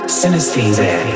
synesthesia